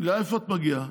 לאיפה את מגיעה?